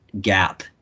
gap